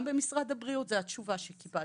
גם במשרד הבריאות זו התשובה שקיבלתי.